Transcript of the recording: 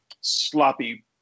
sloppy